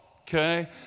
okay